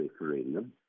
referendum